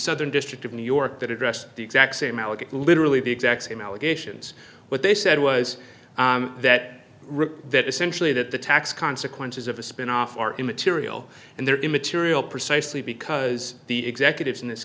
southern district of new york that addressed the exact same literally the exact same allegations what they said was that that essentially that the tax consequences of a spinoff are immaterial and they're immaterial precisely because the executives in this